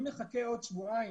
אם נחכה עוד שבועיים,